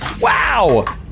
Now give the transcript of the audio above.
Wow